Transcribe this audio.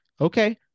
Okay